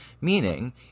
Meaning